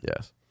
Yes